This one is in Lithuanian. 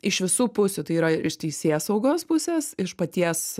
iš visų pusių tai yra ir iš teisėsaugos pusės iš paties